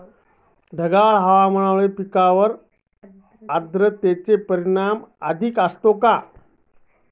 ढगाळ हवामानामुळे पिकांवर आर्द्रतेचे परिणाम अधिक असतो का?